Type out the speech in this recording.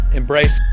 embrace